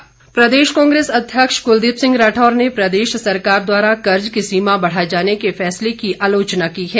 राठौर प्रदेश कांग्रेस अध्यक्ष कुलदीप सिंह राठौर ने प्रदेश सरकार द्वारा कर्ज की सीमा बढ़ाए जाने के फैसले की आलोचना की है